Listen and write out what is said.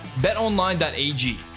BetOnline.ag